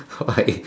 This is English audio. alright